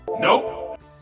Nope